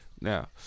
Now